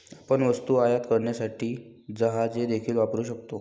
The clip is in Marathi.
आपण वस्तू आयात करण्यासाठी जहाजे देखील वापरू शकता